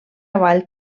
avall